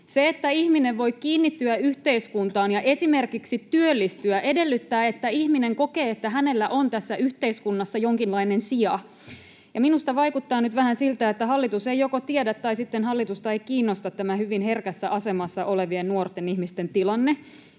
Se, että ihminen voi kiinnittyä yhteiskuntaan ja esimerkiksi työllistyä, edellyttää, että ihminen kokee, että hänellä on tässä yhteiskunnassa jonkinlainen sija. Ja minusta vaikuttaa nyt vähän siltä, että joko hallitus ei tiedä tai sitten hallitusta ei kiinnosta tämä hyvin herkässä asemassa olevien nuorten ihmisten tilanne.